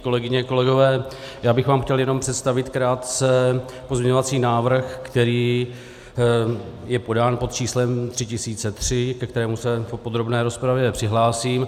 Kolegyně, kolegové, já bych vám chtěl jenom představit krátce pozměňovací návrh, který je podán pod číslem 3003, ke kterému se v podrobné rozpravě přihlásím.